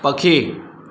पखी